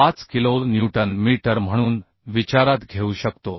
95 kilo newton metre म्हणून विचारात घेऊ शकतो